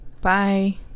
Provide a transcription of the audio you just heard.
Bye